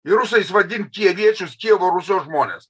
ir rusais vadint kijeviečius kijevo rusios žmones